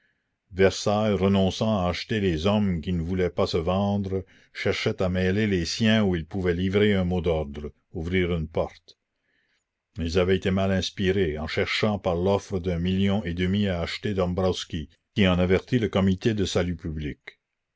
à acheter les hommes qui ne voulaient pas se vendre cherchait à mêler les siens où ils pouvaient livrer un mot d'ordre ouvrir une porte ils avaient été mal inspirés en cherchant par l'offre d'un million et demi à acheter dombwroski qui en avertit le comité de salut public